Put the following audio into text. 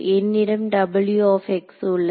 என்னிடம் உள்ளது